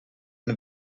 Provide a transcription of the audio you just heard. and